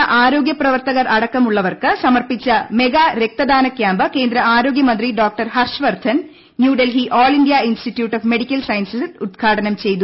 ് ആരോഗ്യപ്രവർത്തകർ അടക്കമുള്ളവർക്ക് സമർപ്പിച്ചർ ്രമഗ്ാ രക്തദാന ക്യാമ്പ് കേന്ദ്ര ആരോഗ്യമന്ത്രി doctor Harshvardhan New Delhi all India institute of medical സയൻസസിൽ ഉദ്ഘാടനം ചെയ്തു